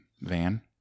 Van